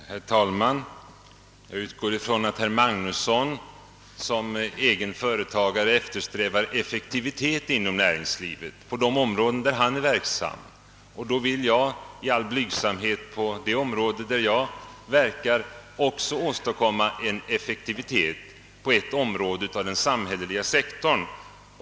Herr talman! Jag utgår från att herr Magnusson i Borås som egen företagare eftersträvar effektivitet inom den del av näringslivet där han är verksam. Då vill jag i all blygsamhet på de områden där jag verkar också åstadkomma effektivitet d.v.s. på den samhälleliga sektorn.